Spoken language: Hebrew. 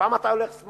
לפעמים אתה שמאלה,